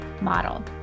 Model